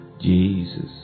Jesus